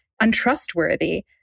untrustworthy